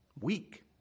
Weak